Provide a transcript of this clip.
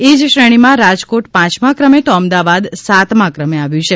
એ જ શ્રેણીમાં રાજકોટ પાંચમા ક્રમે તો અમદાવાદ સાતમા ક્રમે આવ્યું છે